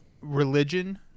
religion